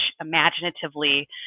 imaginatively